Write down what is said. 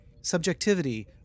subjectivity